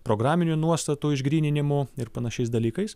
programinių nuostatų išgryninimų ir panašiais dalykais